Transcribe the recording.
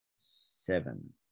seven